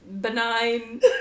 benign